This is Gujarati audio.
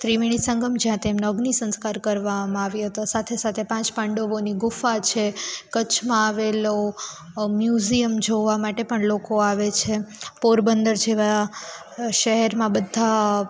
ત્રિવેણી સંગમ જ્યાં તેમનો અગ્નિ સંસ્કાર કરવામાં આવ્યો હતો સાથે સાથે પાંચ પાંડવોની ગુફા છે કચ્છમાં આવેલો મ્યુઝિયમ જોવા માટે પણ લોકો આવે છે પોરબંદર જેવાં શહેરમાં બધા